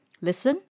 listen